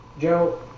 Joe